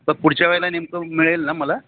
तर पुढच्या वेळेला नेमकं मिळेल ना मला